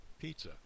pizza